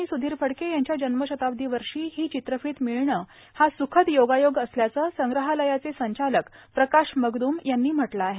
आणि सुधीर फडके यांच्या जन्मशताब्दी वर्षी ही चित्रफीत मिळणं हा सुखद योगायोग असल्याचं संग्रहालयाचे संचालक प्रकाश मगद्म यांनी म्हटलं आहे